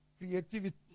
Creativity